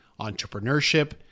entrepreneurship